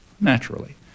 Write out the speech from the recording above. naturally